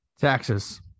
Taxes